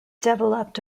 developed